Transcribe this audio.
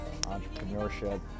entrepreneurship